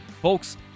Folks